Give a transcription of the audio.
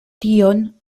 tion